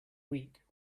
weak